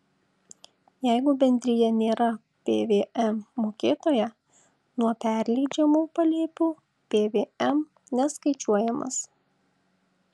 jeigu bendrija nėra pvm mokėtoja nuo perleidžiamų palėpių pvm neskaičiuojamas